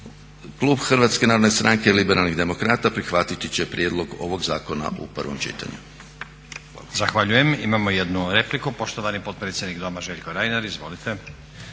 klub HNS-a Liberalnih demokrata prihvatiti će prijedlog ovog zakona u prvom čitanju.